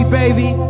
baby